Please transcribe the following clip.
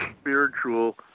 spiritual